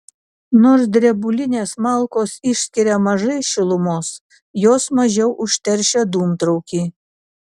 nors drebulinės malkos išskiria mažai šilumos jos mažiau užteršia dūmtraukį